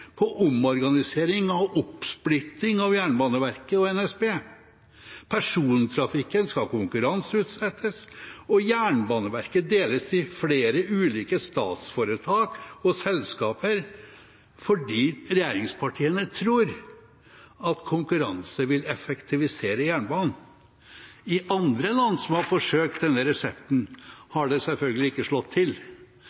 på omorganisering og oppsplitting av Jernbaneverket og NSB. Persontrafikken skal konkurranseutsettes og Jernbaneverket deles i flere ulike statsforetak og selskaper fordi regjeringspartiene tror at konkurranse vil effektivisere jernbanen. I andre land som har forsøkt denne resepten,